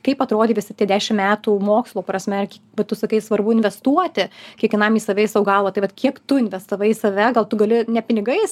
kaip atrodė visi tie dešimt metų mokslo prasme bet tu sakei svarbu investuoti kiekvienam į save į savo galvą tai vat kiek tu investavai į save gal tu gali ne pinigais